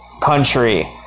Country